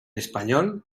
español